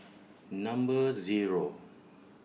Number Zero